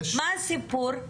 מה הסיפור?